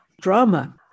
drama